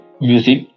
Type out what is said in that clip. music